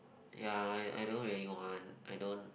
ya I I don't really want I don't